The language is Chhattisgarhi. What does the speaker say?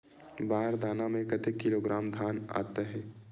बार दाना में कतेक किलोग्राम धान आता हे?